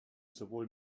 sowohl